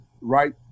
right